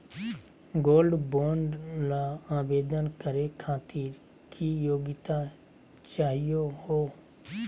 Gold bond ल आवेदन करे खातीर की योग्यता चाहियो हो?